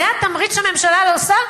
זה התמריץ שהממשלה עושה?